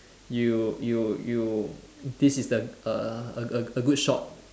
you you you this is the a a a good shot